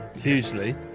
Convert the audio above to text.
hugely